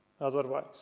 otherwise